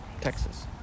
Texas